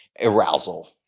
arousal